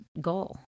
goal